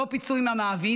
לא פיצוי מהמעביד,